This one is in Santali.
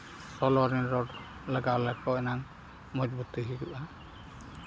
ᱞᱟᱜᱟᱣ ᱞᱮᱠᱚ ᱟᱱᱟᱝ ᱢᱚᱡᱽᱵᱚᱛᱤ ᱦᱤᱡᱩᱜᱼᱟ